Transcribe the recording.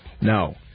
No